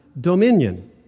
dominion